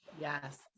Yes